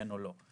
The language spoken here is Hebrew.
כן או לא.